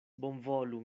bonvolu